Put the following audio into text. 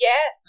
Yes